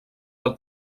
del